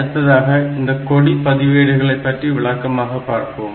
அடுத்ததாக இந்த கொடி பதிவேடுகளை பற்றி விளக்கமாக பார்ப்போம்